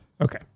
Okay